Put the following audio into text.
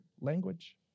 language